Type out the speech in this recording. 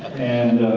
and,